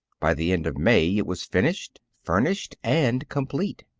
by the end of may it was finished, furnished, and complete.